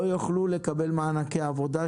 לא יוכלו לקבל מענקי עבודה,